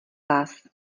vás